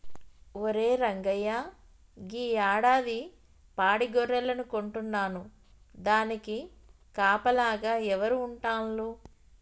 ఒరే రంగయ్య గీ యాడాది పాడి గొర్రెలను కొంటున్నాను దానికి కాపలాగా ఎవరు ఉంటాల్లు